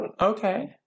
Okay